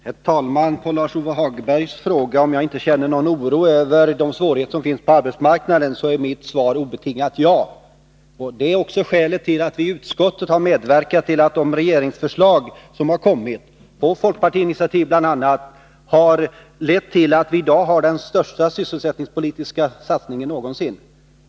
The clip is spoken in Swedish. Herr talman! På Lars-Ove Hagbergs fråga om jag inte känner oro över de svårigheter som finns på arbetsmarknaden är mitt svar obetingat jakande. Det är också skälet till att vi i utskottet har medverkat till att de regeringsförslag som har kommit, på folkpartiinitiativ bl.a., har lett till att vi i dag har den största sysselsättningspolitiska satsningen någonsin.